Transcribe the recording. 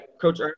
Coach